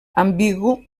ambigu